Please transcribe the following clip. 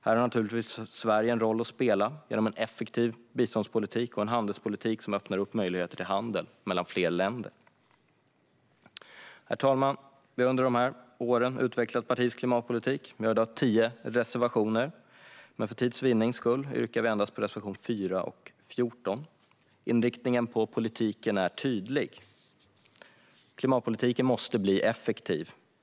Här har naturligtvis Sverige en roll att spela genom en effektiv biståndspolitik och en handelspolitik som öppnar upp möjligheter till handel mellan fler länder. Herr talman! Vi har under de här åren utvecklat partiets klimatpolitik. Vi har i dag tio reservationer, men för tids vinnande yrkar vi bifall endast till reservationerna 4 och 14. Inriktningen på politiken är tydlig. Klimatpolitiken måste bli effektiv.